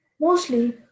mostly